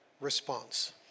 response